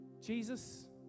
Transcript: Jesus